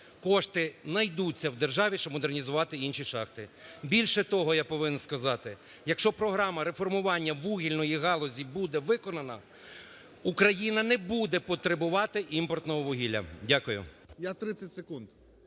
кошти найдуться в державі, щоб модернізувати інші шахти. Більше того, я повинен сказати, якщо програма вугільної галузі буде виконана, Україна не буде потребувати імпортного вугілля. Дякую. ГОЛОВУЮЧИЙ.